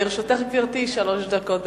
לרשותך, גברתי, שלוש דקות.